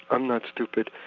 i'm not stupid,